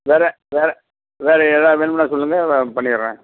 வேறு வேறு வேறு எதாவது வேணும்ன்னா சொல்லுங்கள் பண்ணி தரேன்